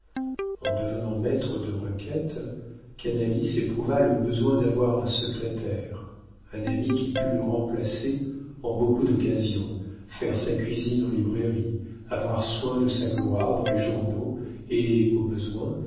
en devenant maître des requêtes canalis éprouva le besoin d'avoir un secrétaire un ami qui pût le remplacer en beaucoup d'occasions faire sa cuisine en librairie avoir soin de sa gloire dans les journaux et au besoin